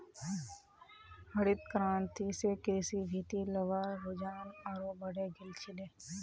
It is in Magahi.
हरित क्रांति स कृषिर भीति लोग्लार रुझान आरोह बढ़े गेल छिले